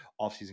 offseason